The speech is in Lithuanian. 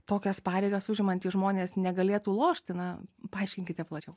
tokias pareigas užimantys žmonės negalėtų lošti na paaiškinkite plačiau